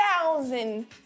thousand